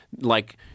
like-